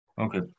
Okay